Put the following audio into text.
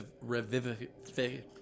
Revivification